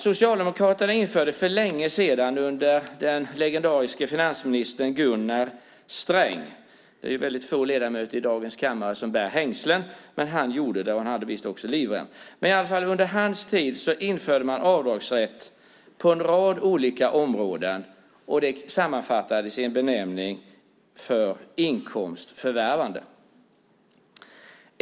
Socialdemokraterna införde för länge sedan, under den legendariske finansministern Gunnar Sträng, avdragsrätt på en rad områden, vilka sammanfattades i benämningen "för inkomsts förvärvande". Det är få ledamöter som i dag bär hängslen, men Gunnar Sträng gjorde det och hade visst även livrem.